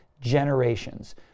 generations